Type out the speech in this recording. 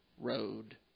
road